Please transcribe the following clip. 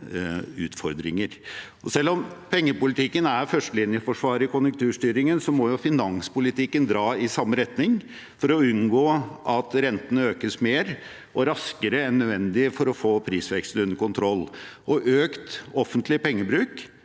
Selv om pengepolitikken er førstelinjeforsvaret i konjunkturstyringen, må finanspolitikken dra i samme retning for å unngå at renten økes mer og raskere enn nødvendig for å få prisveksten under kontroll. Økt offentlig pengebruk